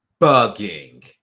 bugging